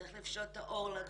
צריך לפשוט את העור לגברים,